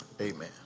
Amen